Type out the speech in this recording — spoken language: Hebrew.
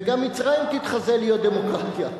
וגם מצרים תתחזה להיות דמוקרטיה.